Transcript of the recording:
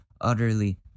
utterly